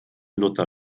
luther